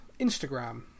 Instagram